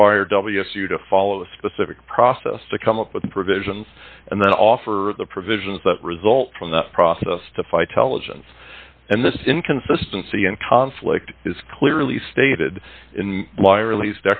require w s u to follow a specific process to come up with the provisions and then offer the provisions that result from that process to fight televisions and this inconsistency and conflict is clearly stated in law release